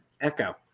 echo